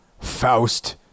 Faust